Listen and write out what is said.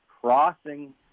crossing